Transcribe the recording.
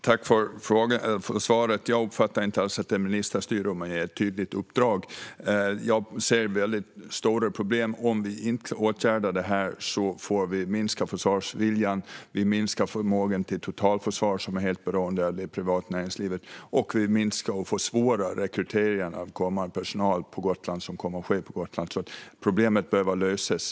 Herr talman! Jag tackar för svaret. Jag uppfattar det inte alls som ministerstyre att ge ett tydligt uppdrag. Jag ser väldigt stora problem. Om vi inte åtgärdar det här får vi minskad försvarsvilja och minskad förmåga till ett totalförsvar, som blir helt beroende av det privata näringslivet, och vi får svårare att rekrytera personal på Gotland. Problemet behöver lösas.